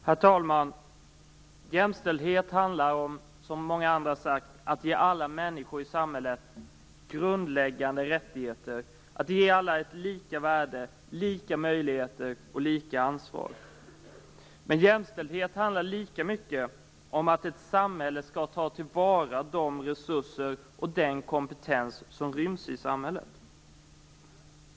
Herr talman! Jämställdhet handlar om, som många andra har sagt, att ge alla människor i samhället grundläggande rättigheter, att ge alla ett lika värde, lika möjligheter och lika ansvar. Men jämställdhet handlar lika mycket om att ett samhälle skall ta till vara de resurser och den kompetens som ryms i samhället.